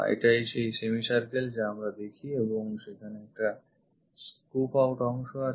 এটাই সেই semicircle যা আমরা দেখি এবং সেখানে একটা scoop out অংশ আছে